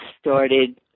started